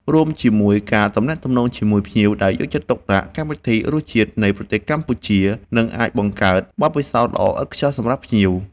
រួមជាមួយការទំនាក់ទំនងជាមួយភ្ញៀវដែលយកចិត្តទុកដាក់ កម្មវិធី រសជាតិនៃប្រទេសកម្ពុជា នឹងអាចបង្កើតបទពិសោធន៍ល្អឥតខ្ចោះសម្រាប់ភ្ញៀវ